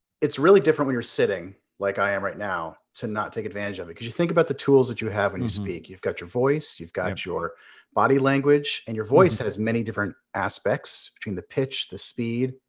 it's really different when you're sitting, like i am right now, to not take advantage of it. because you think about the tools that you have when and you speak. you've got your voice. you've got your body language. and your voice has many different aspects between the pitch, the speed,